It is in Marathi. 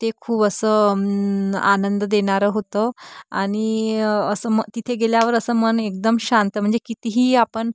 ते खूप असं आनंद देणारं होतं आणि असं मग तिथे गेल्यावर असं मन एकदम शांत म्हणजे कितीही आपण